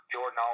Jordan